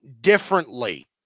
differently